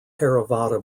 theravada